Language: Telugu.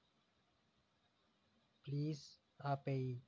ప్లీజ్ ఆపేయి